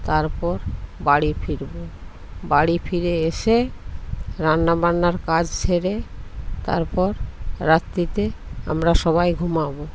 তারপর বাড়ি ফিরব বাড়ি ফিরে এসে রান্না বান্নার কাজ সেরে তারপর রাত্তিতে আমরা সবাই ঘুমাব